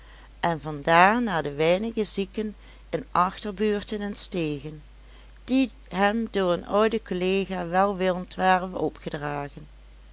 en van daar naar de weinige zieken in achterbuurten en stegen die hem door een ouden collega welwillend waren opgedragen